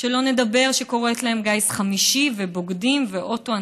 שלא לדבר שהיא קוראת להם גיס חמישי ובוגדים ואוטו-אנטישמים.